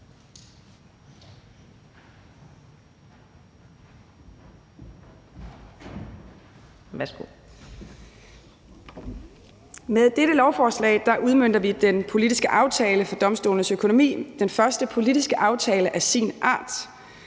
Med dette lovforslag udmønter vi den politiske aftale for domstolenes økonomi, den første politiske aftale af sin art.